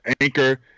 anchor